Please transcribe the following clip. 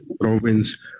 province